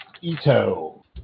Ito